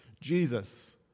Jesus